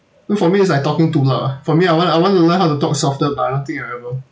think for me is like talking too loud ah for me I want I want to learn how to talk softer but I don't think I'm able